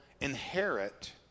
inherit